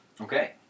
Okay